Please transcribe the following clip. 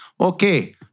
Okay